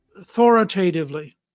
authoritatively